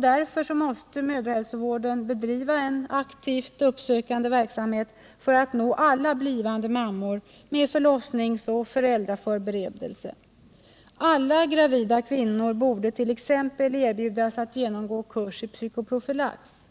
Därför måste mödrahälsovården bedriva en aktivt uppsökande verksamhet för att nå alla blivande mammor med förlossningsoch föräldraförberedelse. Alla gravida kvinnor borde t.ex. erbjudas att genomgå kurs i psykoprofylax.